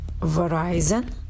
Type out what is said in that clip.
Verizon